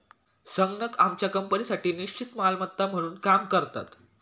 संगणक आमच्या कंपनीसाठी निश्चित मालमत्ता म्हणून काम करतात